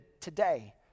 today